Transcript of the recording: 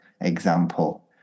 example